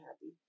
happy